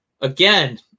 again